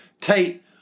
Tate